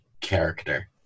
character